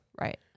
Right